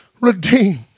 redeemed